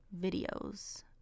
videos